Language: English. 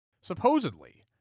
Supposedly